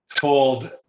told